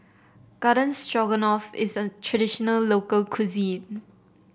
Garden Stroganoff is a traditional local cuisine